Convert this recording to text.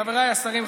חבריי השרים,